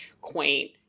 quaint